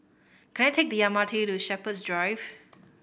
can I take the M R T to Shepherds Drive